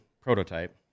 prototype